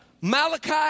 Malachi